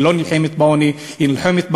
היא לא נלחמת בעוני, היא נלחמת בעניים,